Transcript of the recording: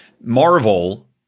Marvel